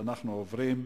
אנחנו עוברים להצבעה.